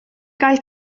gael